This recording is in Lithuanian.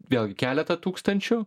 vėlgi keletą tūkstančių